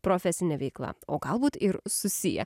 profesine veikla o galbūt ir susiję